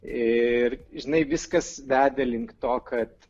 ir žinai viskas vedė link to kad